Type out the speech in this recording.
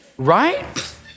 Right